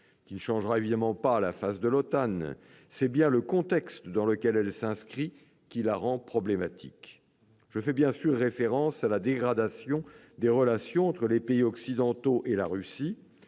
qui ne changera évidemment pas la face de l'OTAN, c'est bien le contexte dans lequel elle s'inscrit qui la rend problématique ; je fais bien sûr référence à la dégradation des relations entre les pays occidentaux et la Russie.